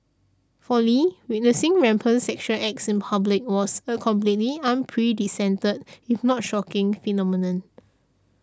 for Lee witnessing rampant sexual acts in public was a completely if not shocking phenomenon